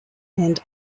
and